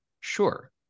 Sure